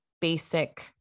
basic